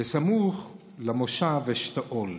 סמוך למושב אשתאול.